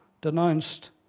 denounced